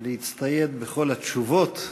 להצטייד בכל התשובות.